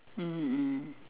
mmhmm mm